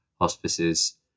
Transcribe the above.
hospices